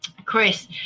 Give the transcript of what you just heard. Chris